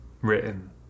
written